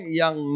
yang